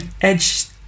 edge